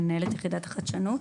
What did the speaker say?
מנהלת יחידת החדשנות.